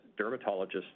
dermatologists